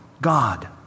God